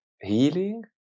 healing